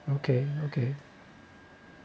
okay okay ya